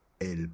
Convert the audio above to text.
El